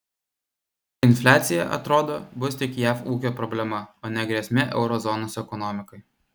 infliacija atrodo bus tik jav ūkio problema o ne grėsmė euro zonos ekonomikai